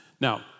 Now